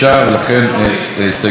ולכן הסתייגות 3,